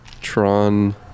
Tron